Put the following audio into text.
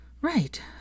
Right